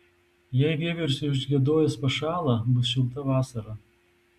jei vieversiui užgiedojus pašąla bus šilta vasara